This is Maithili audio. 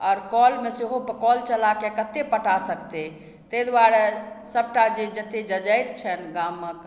आओर कलमे सेहो कल चला कऽ कतेक पटा सकतै ताहि दुआरे सभटा जे जेतेक जजाति छनि गामक